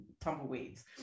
tumbleweeds